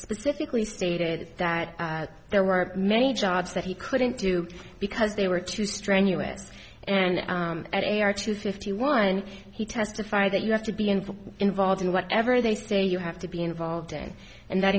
specifically stated that there were many jobs that he couldn't do because they were too strenuous and at a hour to fifty one he testified that you have to be involved in whatever they say you have to be involved in and that